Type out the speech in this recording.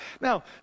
Now